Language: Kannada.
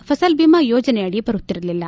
ಫಸಲ್ಬಿಮಾ ಯೋಜನೆಯಡಿ ಬರುತ್ತಿರಲಿಲ್ಲ